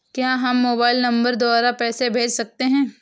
क्या हम mobile number द्वारा पैसे भेज सकते हैं?